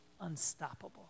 unstoppable